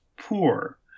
poor